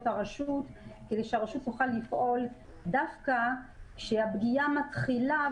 הרשות כדי שהרשות תוכל לפעול דווקא כשהפגיעה מתחילה,